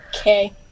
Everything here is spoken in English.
Okay